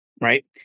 right